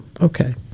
okay